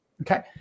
Okay